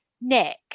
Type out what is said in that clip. Nick